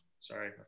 Sorry